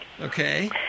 Okay